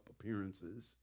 appearances